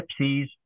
gypsies